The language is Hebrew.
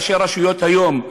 ראשי רשויות היום,